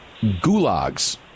Gulags